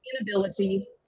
inability